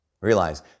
Realize